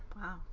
Wow